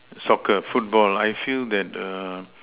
soccer football I feel that err